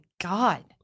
god